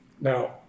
Now